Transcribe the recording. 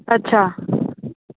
अच्छा